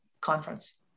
conference